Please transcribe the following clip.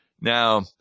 Now